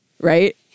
Right